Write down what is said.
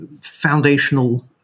foundational